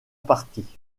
partie